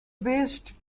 best